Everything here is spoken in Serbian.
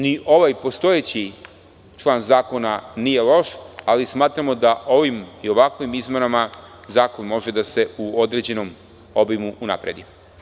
Ni ovaj postojeći član zakona nije loš, ali smatramo da ovim i ovakvim izmenama zakon može da se u određenom obimu unapredi.